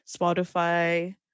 Spotify